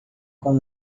com